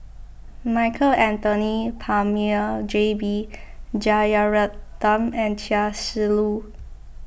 Michael Anthony Palmer J B Jeyaretnam and Chia Shi Lu